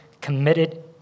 committed